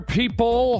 people